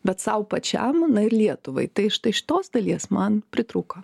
bet sau pačiam lietuvai tai štai šitos dalies man pritrūko